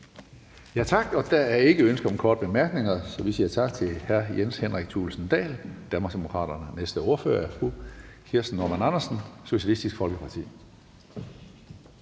Tak. Der er ikke ønske om korte bemærkninger, så vi siger tak til hr. Jens Henrik Thulesen Dahl, Danmarksdemokraterne. Den næste ordfører er fru Kirsten Normann Andersen, Socialistisk Folkeparti.